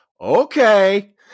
okay